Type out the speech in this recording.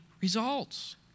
results